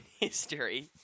history